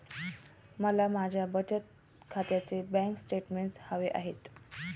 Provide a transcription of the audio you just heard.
मला माझ्या बचत खात्याचे बँक स्टेटमेंट्स हवे आहेत